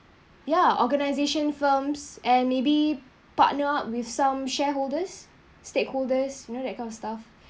ya organisation firms and maybe partner up with some shareholders stakeholders you know that kind of stuff